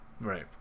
Right